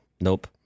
nope